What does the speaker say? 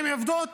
עם העובדות